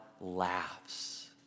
laughs